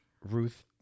Ruth